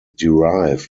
derived